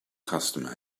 customer